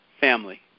family